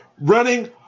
running